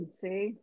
see